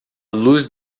luz